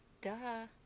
Duh